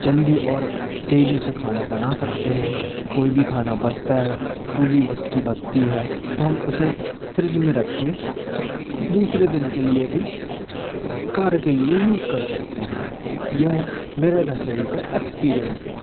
जल्दी और तेजी से खाना बना सकते हैं कोई भी खाना बचता है कोई भी वस्तु बचती है तो हम उसे फ़्रिज में रख के दूसरे दिन के लिए भी कार्य के लिए यूज़ कर सकते हैं यह मेरा रसोई का एक्सपीरिएंस है